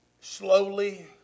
slowly